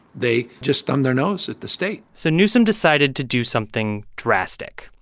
they just thumb their nose at the state so newsom decided to do something drastic.